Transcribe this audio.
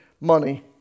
money